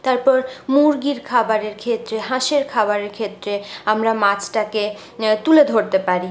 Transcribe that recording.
তারপর মুরগির খাবারের ক্ষেত্রে হাঁসের খাবারের ক্ষেত্রে আমরা মাছটাকে তুলে ধরতে পারি